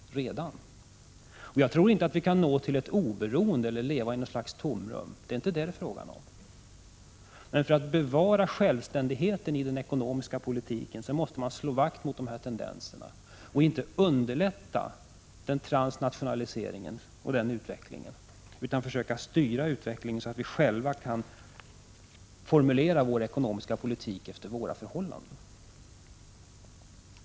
Jag tror inte att vi kan uppnå ett oberoende eller leva i något slags tomrum — det är inte det som det är fråga om. Men för att bevara självständigheten i den ekonomiska politiken måste man vara på sin vakt mot de här tendenserna och inte underlätta transnationaliseringen och utvecklingen i samband därmed. Vi måste i stället försöka styra utvecklingen, så att vi själva kan formulera vår ekonomiska politik efter våra förhållanden.